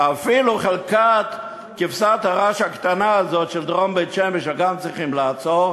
אפילו את חלקת כבשת הרש הקטנה הזו של דרום בית-שמש הם גם צריכים לעצור,